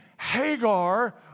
Hagar